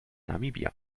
namibia